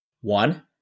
One